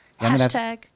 Hashtag